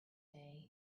day